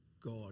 God